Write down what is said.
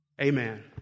Amen